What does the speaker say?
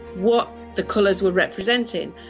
what the colors were representing.